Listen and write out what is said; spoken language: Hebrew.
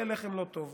יהיה לחם לא טוב.